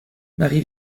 marie